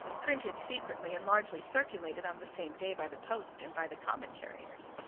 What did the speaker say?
printed secretly, and largely circulated on the same day by the post and by the common carriers.